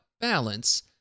balance